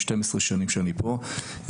12 שנים שאנחנו פה,